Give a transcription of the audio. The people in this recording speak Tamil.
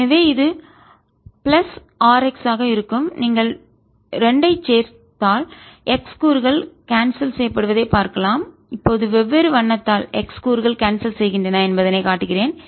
எனவே இது பிளஸ் rx ஆக இருக்கும் நீங்கள் 2 ஐச் சேர்த்தால் x கூறுகள் கான்செல் செய்யப்படுவதை பார்க்கலாம் இப்போது வெவ்வேறு வண்ணத்தால் எக்ஸ் கூறுகள் கான்செல் செய்கின்றன என்பதை காட்டுகிறேன்